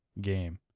game